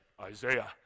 Isaiah